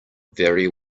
very